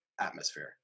atmosphere